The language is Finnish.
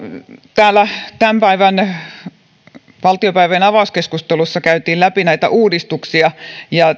täällä tämän päivän valtiopäivien avauskeskustelussa käytiin läpi näitä uudistuksia ja